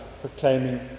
proclaiming